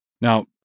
Now